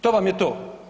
To vam je to.